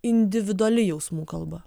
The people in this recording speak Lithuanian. individuali jausmų kalba